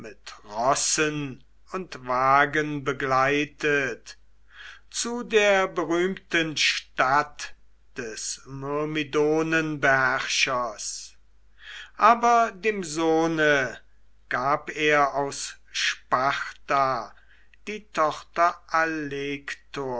rossen und wagen begleitet zu der berühmten stadt des myrmidonenbeherrschers aber dem sohne gab er aus sparta die tochter